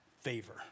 favor